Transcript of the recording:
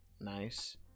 Nice